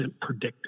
predictive